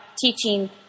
teaching